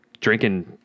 drinking